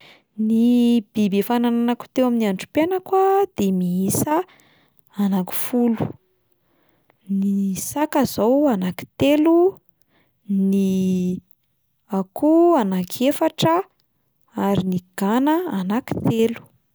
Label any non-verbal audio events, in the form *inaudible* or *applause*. Ny biby efa nananako teo amin'ny androm-piainako a de miisa anankifolo: ny saka izao anankitelo, ny *hesitation* akoho anankiefatra ary ny gana anankitelo.